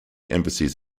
embassies